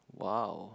!wow!